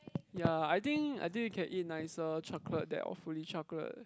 ya I think I think we can eat nicer chocolate that awfully chocolate